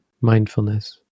mindfulness